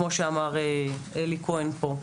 כמו שאמר אלי כהן פה,